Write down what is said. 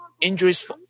injuries